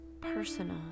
personal